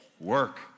Work